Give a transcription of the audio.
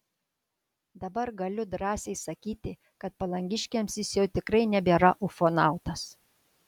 dabar galiu drąsiai sakyti kad palangiškiams jis jau tikrai nebėra ufonautas